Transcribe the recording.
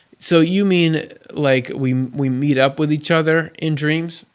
so you mean like we we meet up with each other in dreams?